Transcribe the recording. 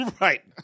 Right